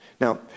Now